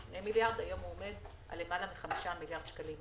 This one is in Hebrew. היום הוא עומד על למעלה מחמישה מיליארד שקלים.